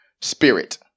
spirit